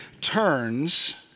turns